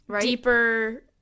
deeper